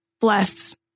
bless